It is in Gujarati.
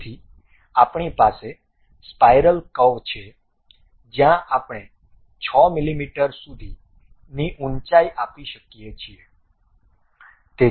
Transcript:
તેથી આપણી પાસે સ્પાઇરલ કર્વ છે જ્યાં આપણે 6 મીમી સુધીની ઉંચાઇ આપી શકીએ છીએ